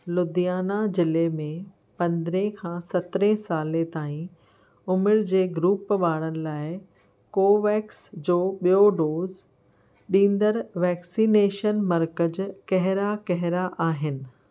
लुधिआना ज़िले में पंद्रहीं खां सत्रहें सालनि ताईं उमिरि जे ग्रूप वारनि लाइ कोवैक्स जो बि॒यो डोज़ ॾींदड़ु वैक्सिनेशनु मर्कज़ कहिड़ा कहिड़ा आहिनि